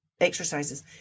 exercises